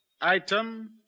Item